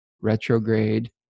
retrograde